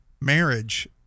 marriage